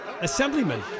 assemblyman